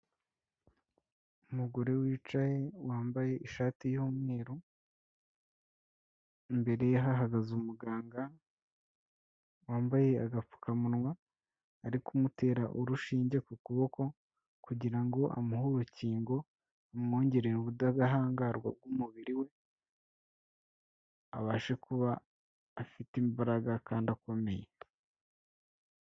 Umugore wicaye wambaye ishati y'umweru, imbere ye hahagaze umuganga wambaye agapfukamunwa, ari kumutera urushinge ku kuboko, kugira ngo amuhe urukingo rumwongererera ubudahangarwa bw'umubiri we, abashe kuba afite imbaraga kandi akomeye.